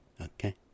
Okay